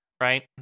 Right